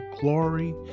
glory